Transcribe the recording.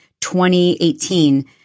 2018